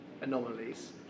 anomalies